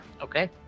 Okay